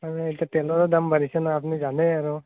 মানে এতিয়া তেলৰো দাম বাঢ়িছে ন আপুনি জানেই আৰু